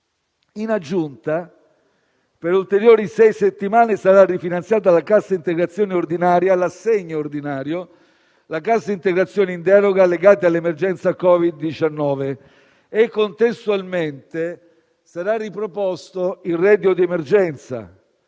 In aggiunta, per ulteriori sei settimane saranno rifinanziate la cassa integrazione ordinaria (l'assegno ordinario) e la cassa integrazione in deroga legata all'emergenza Covid-19. Contestualmente sarà riproposto il reddito di emergenza,